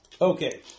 Okay